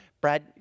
Brad